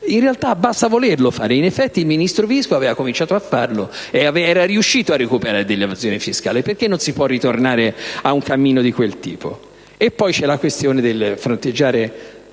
In realtà, basta volerlo fare. In effetti il ministro Visco aveva cominciato a farlo ed era riuscito a recuperare dell'evasione fiscale: perché non si può ritornare ad un cammino di quel tipo? Poi c'è la questione di fronteggiare